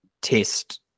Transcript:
test